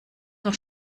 noch